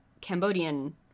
Cambodian